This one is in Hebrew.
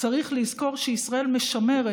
צריך לזכור שישראל משמרת,